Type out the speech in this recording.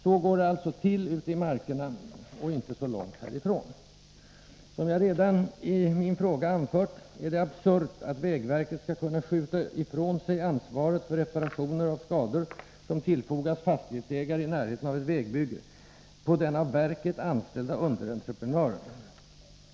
Så går det alltså till ute i markerna — och inte så långt härifrån. Nr 26 Som jag redan i min fråga anfört är det absurt att vägverket skall kunna Torsdagen den skjuta ifrån sig ansvaret för reparationer av skador, som tillfogats fastighetsä — 17 november 1983 gare i närheten av ett vägbygge, på den av verket anställde underentreprenö = ren.